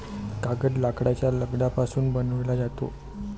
कागद लाकडाच्या लगद्यापासून बनविला जातो